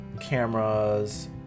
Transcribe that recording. cameras